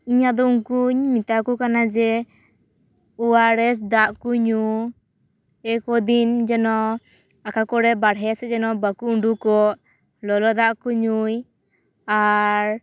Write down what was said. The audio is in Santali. ᱤᱧ ᱟᱫᱚ ᱩᱱᱠᱩᱧ ᱢᱮᱛᱟᱠᱚ ᱠᱟᱱᱟ ᱡᱮ ᱳᱭᱟᱨᱮᱥ ᱫᱟᱜ ᱠᱚ ᱧᱩ ᱮᱭ ᱠᱚᱫᱤᱱ ᱡᱮᱱᱚ ᱟᱠᱟ ᱠᱚᱨᱮᱫ ᱵᱟᱨᱦᱮᱸ ᱥᱮᱪ ᱡᱮᱱᱚ ᱵᱟ ᱠᱩ ᱩᱰᱩᱠᱚᱜ ᱞᱚᱞᱚ ᱫᱟᱜ ᱠᱚ ᱧᱩᱭ ᱟᱨ